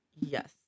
Yes